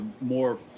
more